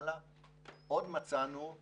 מצאנו גם